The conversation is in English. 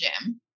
gym